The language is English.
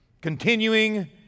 Continuing